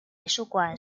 美术馆